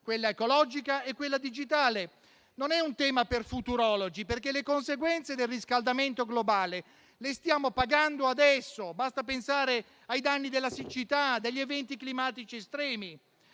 quella ecologica e quella digitale. Non è un tema per futurologi, perché le conseguenze del riscaldamento globale le stiamo pagando adesso: basta pensare ai danni della siccità, degli eventi climatici estremi.